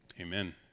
Amen